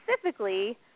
specifically